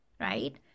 right